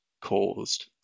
caused